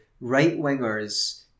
Right-wingers